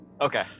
Okay